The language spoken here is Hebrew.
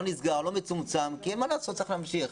לא נסגר ולא מצומצם כי מה לעשות צריך להמשיך.